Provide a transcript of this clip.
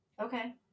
Okay